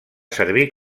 servir